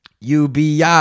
UBI